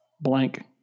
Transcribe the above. blank